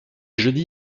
jeudis